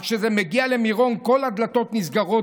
אך כשזה מגיע למירון כל הדלתות נסגרות,